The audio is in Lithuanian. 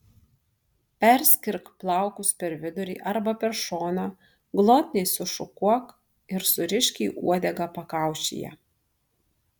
perskirk plaukus per vidurį arba per šoną glotniai sušukuok ir surišk į uodegą pakaušyje